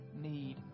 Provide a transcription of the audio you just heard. need